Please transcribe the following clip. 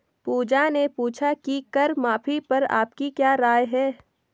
पूजा ने पूछा कि कर माफी पर आपकी क्या राय है?